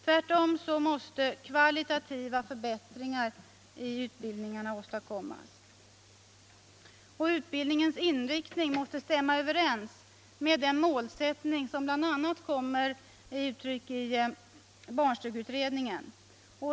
Tvärtom måste kvalitativa förbättringar åstadkommas. Utbildningens inriktning måste stämma överens med den målsättning som bl.a. kommer till uttryck i barnstugeutredningen.